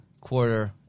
quarter